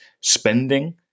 spending